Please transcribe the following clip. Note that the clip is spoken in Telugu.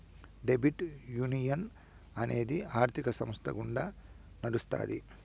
క్రెడిట్ యునియన్ అనేది ఆర్థిక సంస్థ గుండా నడుత్తాది